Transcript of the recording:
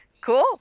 Cool